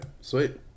sweet